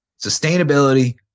sustainability